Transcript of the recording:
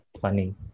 funny